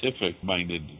scientific-minded